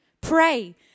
pray